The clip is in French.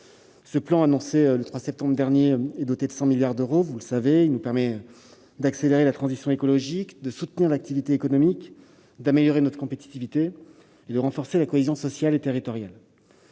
Annoncé le 3 septembre dernier, ce plan est doté de 100 milliards d'euros. Il nous permet d'accélérer la transition écologique, de soutenir l'activité économique, d'améliorer notre compétitivité et de renforcer la cohésion sociale et territoriale.